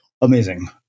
Amazing